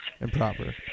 Improper